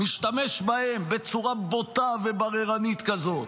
משתמש בהן בצורה בוטה ובררנית כזאת.